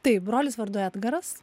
taip brolis vardu edgaras